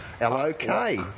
L-O-K